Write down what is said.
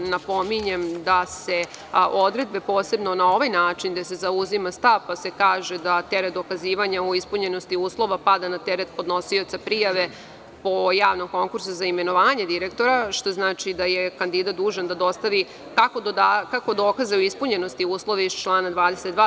Napominjem, da se odredbe posebno na ovaj način gde se zauzima stav pa se kaže da teret dokazivanja o ispunjenosti uslova pada na teret podnosioca prijave po javnom konkursu za imenovanje direktora, što znači da je kandidat dužan da dostavi kako dokaze o ispunjenosti uslova iz člana 22.